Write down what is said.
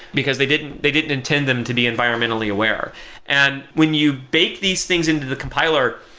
because they didn't they didn't intend them to be environmentally aware and when you bake these things into the compiler,